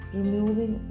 removing